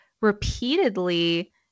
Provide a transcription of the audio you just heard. repeatedly